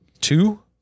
Two